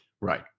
Right